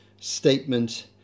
statement